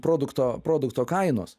produkto produkto kainos